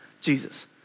Jesus